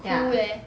cool eh